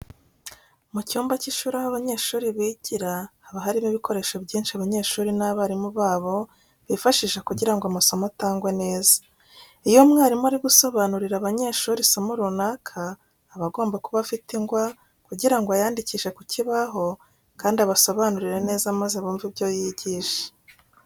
Mu cyumba cy'ishuri aho abanyeshuri bigira haba harimo ibikoresho byinshi abanyeshuri n'abarimu babo bifashisha kugira ngo amasomo atangwe neza. Iyo umwarimu ari gusobanurira abanyeshuri isomo runaka, aba agomba kuba afite ingwa kugira ngo ayandikishe ku kibaho kandi abasobanurire neza maze bumve ibyo yigisha.